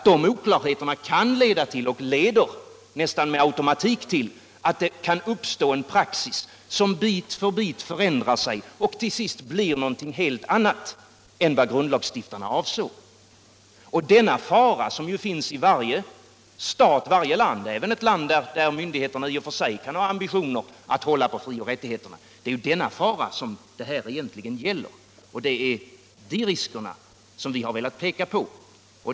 Dessa oklarheter leder nästan automatiskt till att det uppstår en praxis som bit för bit förändrar sig och till sist blir någonting helt annat än vad grundlagsstiftarna avsåg. Denna fara finns i varje land, även där myndigheterna i och för sig kan ha ambitionen att hålla på frioch rättigheterna. Det är denna fara som debatten egentligen gäller, och det är den vi har velat peka på.